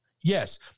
Yes